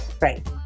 Right